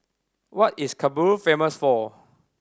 what is Kabul famous for